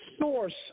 source